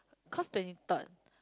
cause twenty third